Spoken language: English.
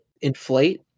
inflate